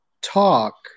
talk